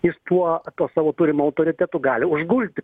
jis tuo tuo savo turimu autoritetu gali užgulti